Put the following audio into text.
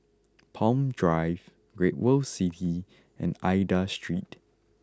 Palm Drive Great World City and Aida Street